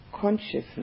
consciousness